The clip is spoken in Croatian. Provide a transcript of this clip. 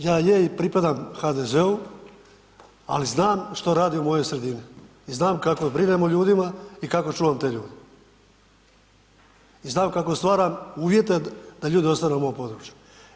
Ja je i pripadam HDZ-u, ali znam što rade u mojoj sredini i znam kako brinem o ljudima, i kako čuvam te ljude i znam kako stvaram uvjete da ljudi ostanu u mom području.